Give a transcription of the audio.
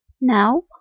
Now